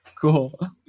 Cool